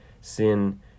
Sin